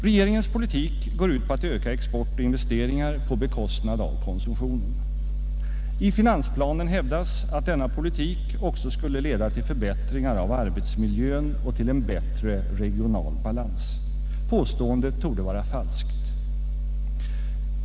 Regeringens politik går ut på att öka export och investeringar på bekostnad av konsumtionen. I finansplanen hävdas att denna politik också skulle leda till förbättringar av arbetsmiljön och till en bättre regional balans. Påståendet torde vara falskt.